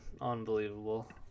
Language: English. Unbelievable